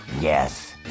Yes